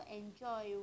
enjoy